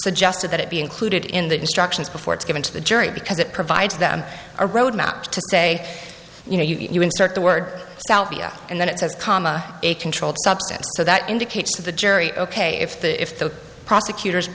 suggested that it be included in the instructions before it's given to the jury because it provides them a roadmap to say you know you insert the word salvia and then it says comma a controlled substance so that indicates to the jury ok if the if the prosecutors